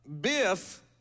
Biff